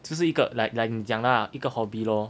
这是一个 like like 你讲的啊一个 hobby lor